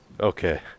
Okay